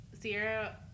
Sierra